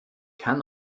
kann